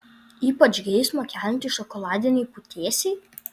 ypač geismą keliantys šokoladiniai putėsiai